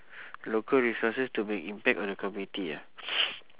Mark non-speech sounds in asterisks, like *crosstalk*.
local resources to make an impact on the community ah *noise*